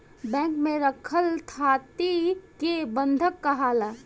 bank में रखल थाती के बंधक काहाला